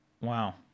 Wow